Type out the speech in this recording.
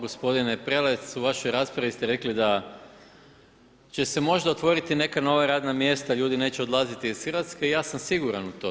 Gospodine Prelec, u vašoj raspravi ste rekli, da će se možda otvoriti neka radna mjesta, ljudi neće odlaziti iz Hrvatske i ja sam siguran u to.